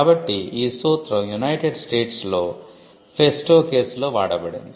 కాబట్టి ఈ సూత్రం యునైటెడ్ స్టేట్స్లో ఫెస్టో కేసులో వాడబడింది